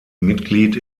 mitglied